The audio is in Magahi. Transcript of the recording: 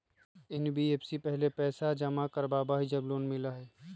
एन.बी.एफ.सी पहले पईसा जमा करवहई जब लोन मिलहई?